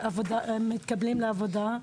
מתקבלים לעבודה,